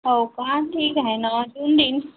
हो का ठीक आहे ना देऊन देईन